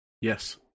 Yes